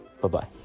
Bye-bye